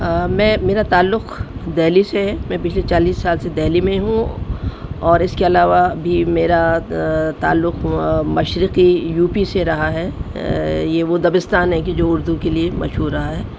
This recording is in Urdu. میں میرا تعلق دہلی سے ہے میں پچھلے چالیس سال سے دہلی میں ہوں اور اس کے علاوہ بھی میرا تعلق مشرقی یو پی سے رہا ہے یہ وہ دبستان ہے کہ جو اردو کے لیے مشہور رہا ہے